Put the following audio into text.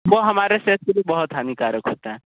वो हमारे सेहत के लिए बहुत हानिकारक होता है